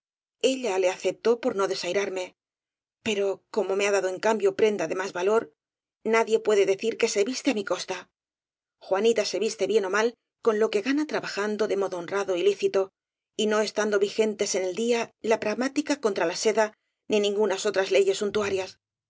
ella le aceptó por no desairarme pero como me ha dado en cambio prenda de más valor nadie puede decir que se viste á mi costa juanita se viste bien ó mal con lo que gana trabajando de modo honrado y lícito y no estando vigentes en el día la pragmática contra la seda ni ningunas otras leyes